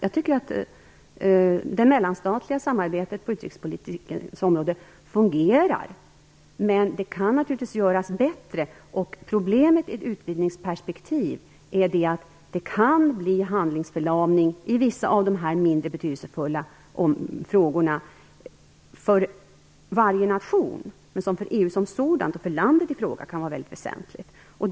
Jag tycker att det mellanstatliga samarbetet på utrikespolitikens område fungerar, men det kan naturligtvis göras bättre. Problemet i ett utvidgningsperspektiv är att det kan bli handlingsförlamning i vissa av de frågor som är mindre betydelsefulla för varje nation, men som för EU som sådant kan vara väldigt väsentliga.